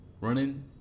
running